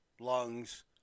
lungs